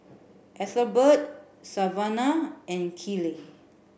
Ethelbert Savanah and Kiley